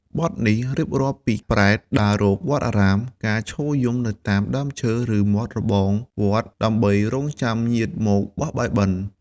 បទនេះរៀបរាប់ពីប្រេតដើររកវត្តអារាម ការឈរយំនៅតាមដើមឈើ ឬមាត់របងវត្ត ដើម្បីរង់ចាំញាតិមកបោះបាយបិណ្ឌ។